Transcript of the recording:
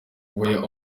where